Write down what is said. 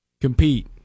Compete